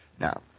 Now